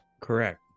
Correct